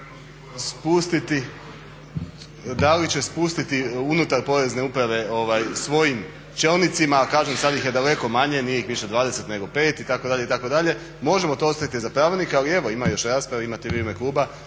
da li će spustiti unutar Porezne uprave svojim čelnicima, a sada ih je daleko manje, nije ih više 20 nego 5 itd., itd. možemo to ostaviti za pravilnik. Ali evo ima još rasprave imate vi u ime kluba